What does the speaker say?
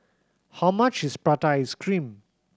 how much is prata ice cream